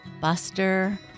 Buster